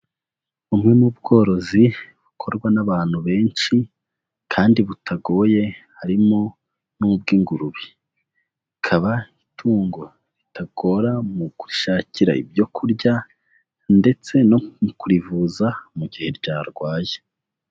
Bumwe mu bworozi bukorwa n'abantu benshi kandi butagoye harimo n'ubw'ingurube, rikaba itungo ritagora mu kurishakira ibyo kurya ndetse no mu kurivuza mu gihe ryarwaye.